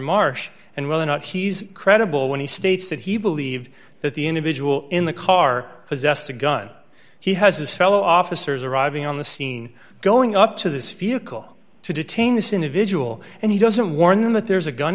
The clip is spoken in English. marsh and whether or not he's credible when he states that he believed that the individual in the car possessed the gun he has his fellow officers arriving on the scene going up to this vehicle to detain this individual and he doesn't warn that there's a gun